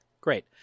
Great